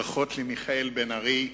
ברכות למיכאל בן-ארי,